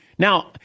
Now